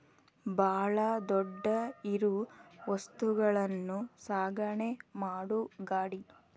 ಬಾಳ ದೊಡ್ಡ ಇರು ವಸ್ತುಗಳನ್ನು ಸಾಗಣೆ ಮಾಡು ಗಾಡಿ